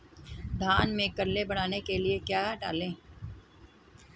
धान में कल्ले बढ़ाने के लिए क्या डालें?